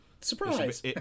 Surprise